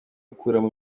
gukuramo